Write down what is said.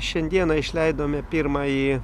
šiandieną išleidome pirmąjį